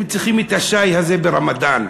הם צריכים את השי הזה ברמדאן,